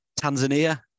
Tanzania